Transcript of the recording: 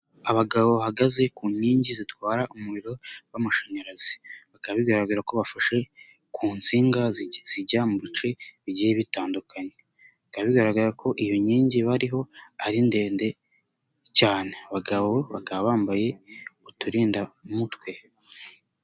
Abagabo bahagaze ku nkingi zitwara umuriro w'amashanyarazi, bakaba bigaragara ko bafashe ku nsinga zijya mu bice bigiye bitandukanye, bikaba bigaragara ko iyo nkingi bariho ari ndende cyane, abagabo bakaba bambaye uturindamutwe.